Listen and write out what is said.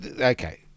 Okay